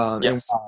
Yes